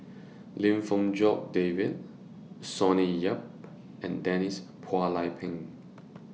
Lim Fong Jock David Sonny Yap and Denise Phua Lay Peng